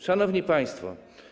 Szanowni Państwo!